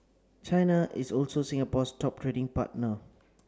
China is also Singapore's top trading partner